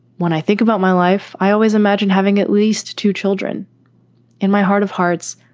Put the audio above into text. when i think about my life, i always imagined having at least two children in my heart of hearts.